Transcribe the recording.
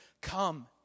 come